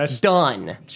done